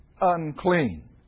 unclean